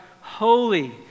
holy